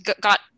got